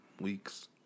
weeks